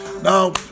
now